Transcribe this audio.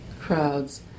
crowds